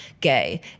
gay